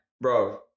Bro